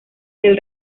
del